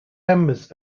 members